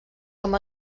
com